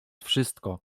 wszystko